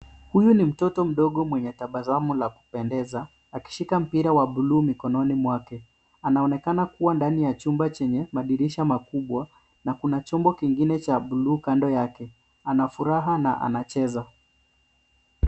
Huyu ni mtoto mdogo mwenye tabasamu la kupendeza akishika mpira wa blue mikononi mwake. Anaonekana kuwa ndani ya chumba chenye madirisha makubwa na kuna chombo kingine cha blue kando yake. Ana furaha na anacheza.